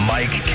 Mike